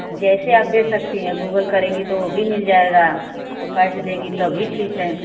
जैसे आप दे सकती हैं गूगल करेंगी तो वो भी मिल जाएगा कैश देंगी तब भी ठीक है